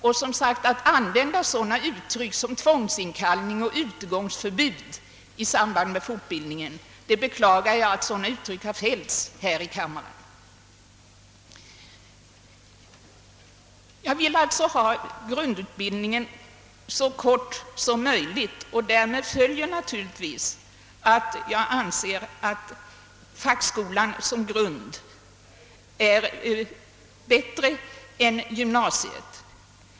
Jag beklagar att sådana uttryck som tvångsinkallelse och utegångsförbud i samband med fortbildningen har fällts här i kammaren. Jag vill alltså ha grundutbildningen så kort som möjligt. Därav följer naturligtvis att jag anser att fackskolan som grund är bättre än gymnasiet.